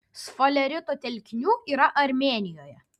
sfalerito telkinių yra armėnijoje